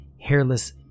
hairless